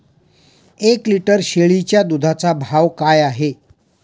एक लिटर शेळीच्या दुधाचा भाव काय आहे?